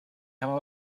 come